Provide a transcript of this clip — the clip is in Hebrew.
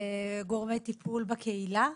גורמי הטיפול בקהילה.